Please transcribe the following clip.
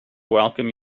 welcome